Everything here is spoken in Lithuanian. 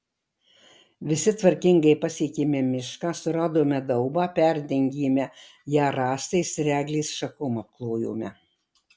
visi tvarkingai pasiekėme mišką suradome daubą perdengėme ją rąstais ir eglės šakom apklojome